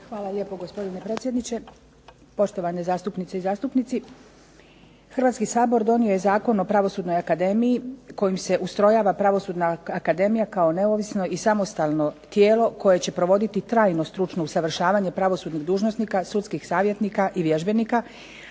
Hvala lijepo gospodine predsjedniče, poštovane zastupnice i zastupnici. Hrvatski sabor donio je Zakon o pravosudnoj akademiji kojim se ustrojava Pravosudna akademija kao neovisno i samostalno tijelo koje će provoditi trajno stručno usavršavanje pravosudnih dužnosnika, sudskih savjetnika i vježbenika,